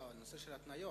לא, נושא של התניות.